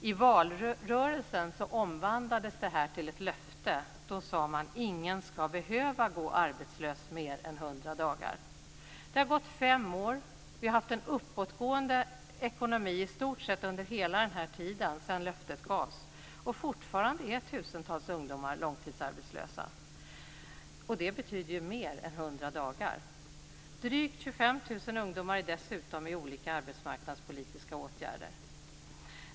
I valrörelsen omvandlades det här till ett löfte. Då sade man: Ingen ska behöva gå arbetslös mer än 100 Det har gått fem år. Vi har haft en uppåtgående ekonomi i stort sett under hela tiden sedan löftet gavs. Men fortfarande är tusentals ungdomar långtidsarbetslösa, och det betyder ju att de är arbetslösa mer än 100 dagar. Drygt 25 000 ungdomar är dessutom i olika arbetsmarknadspolitiska åtgärder.